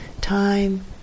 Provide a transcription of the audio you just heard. time